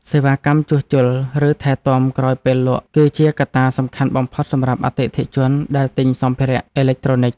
សេវាកម្មជួសជុល ឬថែទាំក្រោយពេលលក់ គឺជាកត្តាសំខាន់បំផុតសម្រាប់អតិថិជនដែលទិញសម្ភារៈអេឡិចត្រូនិក។